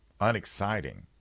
unexciting